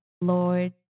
Lord